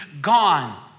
gone